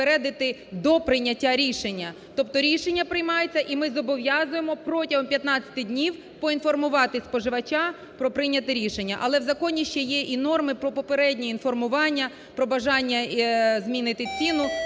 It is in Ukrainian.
до прийняття рішення. Тобто рішення приймаються, і ми зобов'язуємо протягом 15 днів поінформувати споживача про прийняте рішення. Але в законі ще є і норми про попереднє інформування, про бажання змінити ціну.